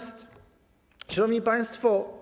Szanowni Państwo!